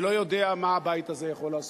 אני לא יודע מה הבית הזה יכול לעשות,